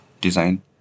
design